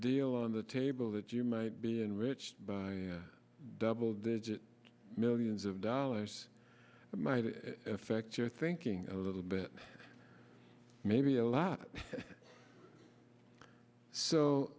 deal on the table that you might be enriched by double digit millions of dollars it might affect your thinking a little bit maybe a lot so